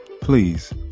please